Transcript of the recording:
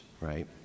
right